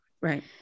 right